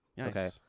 Okay